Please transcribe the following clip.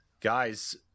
Guys